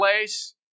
place